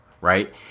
right